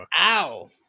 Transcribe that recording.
Ow